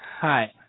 Hi